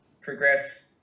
progress